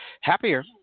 happier